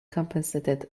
compensated